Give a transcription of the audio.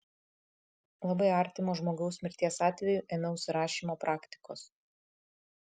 labai artimo žmogaus mirties atveju ėmiausi rašymo praktikos